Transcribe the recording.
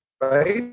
right